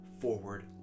forward